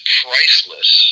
priceless